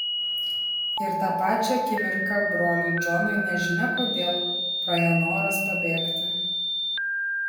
ir tą pačią akimirką broliui džonui nežinia kodėl praėjo noras pabėgti